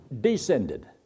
descended